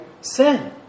sin